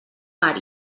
mar